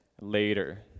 later